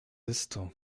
esto